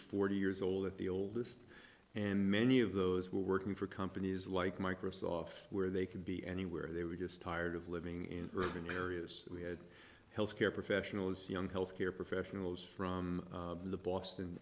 forty years old at the oldest and many of those were working for companies like microsoft where they could be anywhere they were just tired of living in urban areas we had health care professionals young health care professionals from the boston